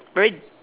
very